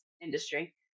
industry